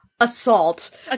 assault